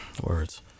words